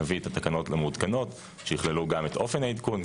נביא את התקנות המעודכנות שיכללו גם את אופן העדכון,